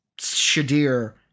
Shadir